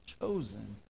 chosen